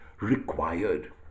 required